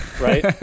right